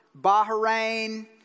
Bahrain